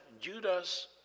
Judas